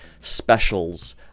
specials